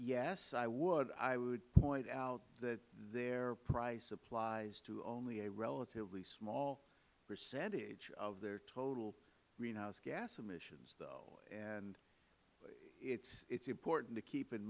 yes i would i would point out that their price applies to only a relatively small percentage of their total greenhouse gas emissions though it is important to keep in